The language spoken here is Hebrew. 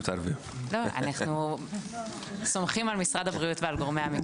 אנחנו סומכים על משרד הבריאות ועל גורמי המקצוע.